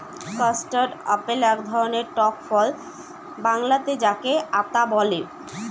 custard apple এক ধরনের টক ফল বাংলাতে যাকে আঁতা বলে